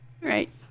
Right